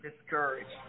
discouraged